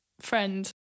friend